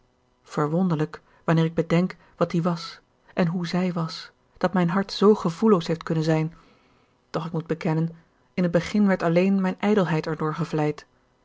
verwonderlijk wanneer ik bedenk wat die was en hoe zij was dat mijn hart zoo gevoelloos heeft kunnen zijn doch ik moet bekennen in het begin werd alleen mijn ijdelheid erdoor gevleid